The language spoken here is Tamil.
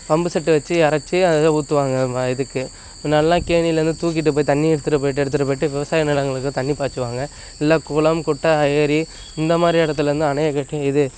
பம்பு செட்டு வச்சு எறச்சு அதில் ஊற்றுவாங்க இதுக்கு நல்லா கேணிலேர்ந்து தூக்கிட்டுப் போய் தண்ணி எடுத்துகிட்டுப் போய்விட்டு எடுத்துகிட்டுப் போய்விட்டு விவசாய நிலங்களுக்கு தண்ணி பாய்ச்சுவாங்க இல்லை குளம் குட்டை ஏரி இந்த மாதிரி இடத்துலேர்ந்து அணையக் கட்டி இது